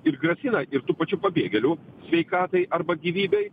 ir grasina ir tų pačių pabėgėlių sveikatai arba gyvybei